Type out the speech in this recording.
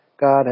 God